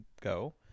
go